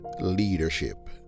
leadership